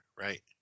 right